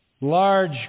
large